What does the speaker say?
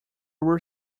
urban